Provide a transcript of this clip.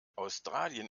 australien